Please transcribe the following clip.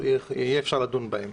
שאפשר יהיה לדון בהם,